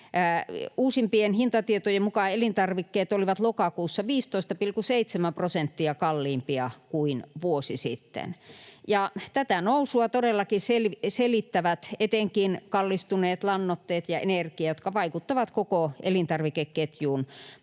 uusimpien hintatietojen mukaan elintarvikkeet olivat lokakuussa 15,7 prosenttia kalliimpia kuin vuosi sitten — ja tätä nousua todellakin selittävät etenkin kallistuneet lannoitteet ja energia, jotka vaikuttavat koko elintarvikeketjuun,